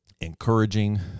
encouraging